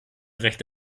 recht